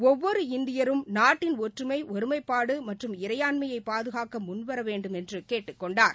ஒவ்வொரு இந்தியரும் நாட்டின் ஒற்றுமை ஒருமைப்பாடு மற்றம் இறைபாண்மையை பாதகாக்க முன்வரவேண்டும் என்று கேட்டுக்கொண்டார்